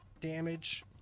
damage